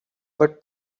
but